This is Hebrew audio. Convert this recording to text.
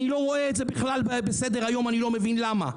אני לא רואה את זה בכלל בסדר היום ואני לא מבין למה.